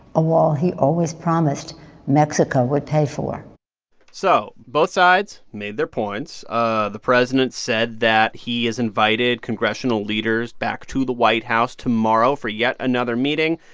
a wall he always promised mexico would pay for so both sides made their points. ah the president said that he has invited congressional leaders back to the white house tomorrow for yet another meeting.